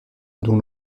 dont